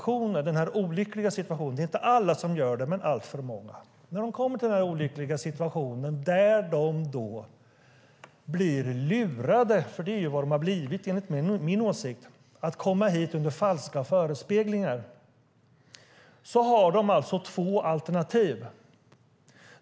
Inte alla men alltför många hamnar i den olyckliga situationen att de, enligt min åsikt, blir lurade och kommer hit under falska förespeglingar. Då har de två alternativ.